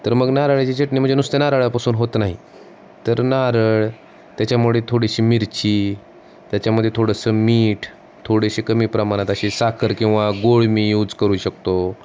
तर मग नारळाची चटणी म्हणजे नुसत्या नारळापासून होत नाही तर नारळ त्याच्यामुळे थोडीशी मिरची त्याच्यामध्ये थोडंसं मीठ थोडेसे कमी प्रमाणात असे साखर किंवा गूळ मी यूज करू शकतो